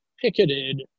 picketed